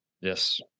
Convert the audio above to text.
Yes